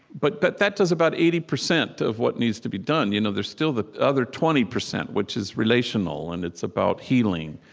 but but that does about eighty percent of what needs to be done you know there's still the other twenty percent, which is relational, and it's about healing.